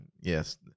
yes